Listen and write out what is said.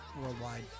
worldwide